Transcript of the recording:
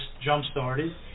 jump-started